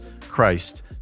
christ